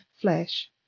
flesh